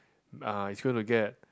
uh it's going to get